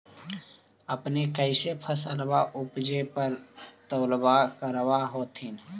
अपने कैसे फसलबा उपजे पर तौलबा करबा होत्थिन?